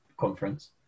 conference